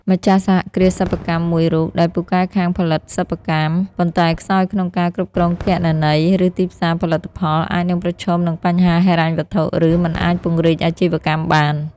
ម្ចាស់សហគ្រាសសិប្បកម្មមួយរូបដែលពូកែខាងផលិតសិប្បកម្ម ប៉ុន្តែខ្សោយក្នុងការគ្រប់គ្រងគណនី ឬទីផ្សារផលិតផល អាចនឹងប្រឈមនឹងបញ្ហាហិរញ្ញវត្ថុ ឬមិនអាចពង្រីកអាជីវកម្មបាន។